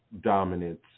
dominance